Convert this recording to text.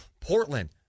Portland